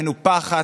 המנופחת,